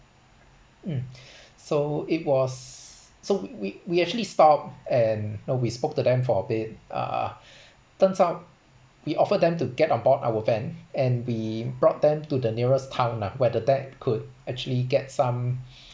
um so it was so we we actually stopped and you know we spoke to them for a bit uh turns out we offered them to get on board our van and we brought them to the nearest town lah where the dad could actually get some